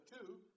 two